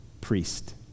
priest